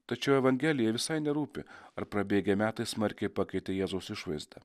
tačiau evangelijai visai nerūpi ar prabėgę metai smarkiai pakeitė jėzaus išvaizdą